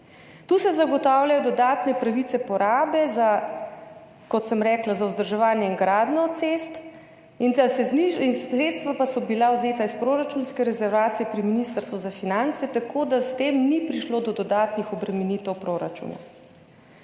Tu se zagotavljajo dodatne pravice porabe za, kot sem rekla, vzdrževanje in gradnjo cest, sredstva pa so bila vzeta iz proračunske rezervacije pri Ministrstvu za finance, tako da s tem ni prišlo do dodatnih obremenitev proračuna.